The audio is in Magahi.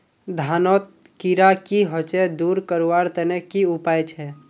धानोत कीड़ा की होचे दूर करवार तने की उपाय छे?